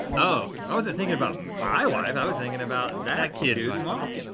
oh. i wasn't thinking about my wife, i was thinking about that kids mom.